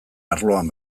arloan